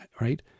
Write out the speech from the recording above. right